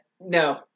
No